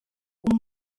uwo